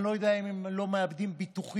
אני לא יודע אם הם לא מאבדים ביטוחים,